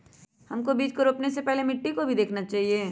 हमको बीज को रोपने से पहले मिट्टी को भी देखना चाहिए?